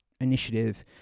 Initiative